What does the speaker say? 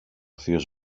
θείος